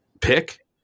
pick